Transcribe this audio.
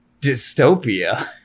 dystopia